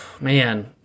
Man